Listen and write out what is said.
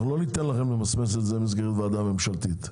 אנחנו לא ניתן לכם למסמס את זה במסגרת ועדה ממשלתית.